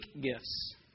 gifts